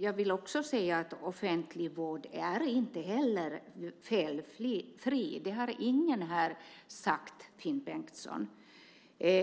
Jag vill också säga att offentlig vård inte heller är felfri. Det har ingen här sagt, Finn Bengtsson.